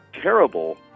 terrible